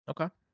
Okay